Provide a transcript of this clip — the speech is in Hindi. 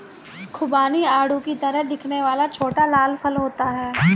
खुबानी आड़ू की तरह दिखने वाला छोटा लाल फल होता है